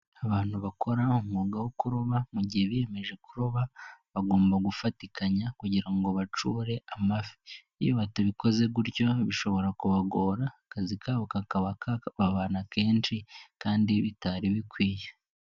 Abantu bakora umwuga wo kuroba mugihe biyemeje kuroba, bagomba gufatikanya kugira ngo bacore amafi, iyo batabikoze gutyo bishobora kubagora akazi kabo kakaba kababana kenshi kandi bitari bikwiye.